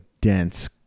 dense